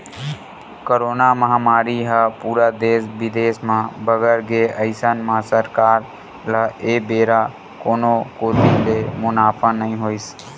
corona महामारी ह पूरा देस बिदेस म बगर गे अइसन म सरकार ल ए बेरा कोनो कोती ले मुनाफा नइ होइस